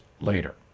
later